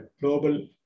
global